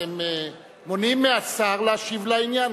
אתם מונעים מהשר להשיב לעניין.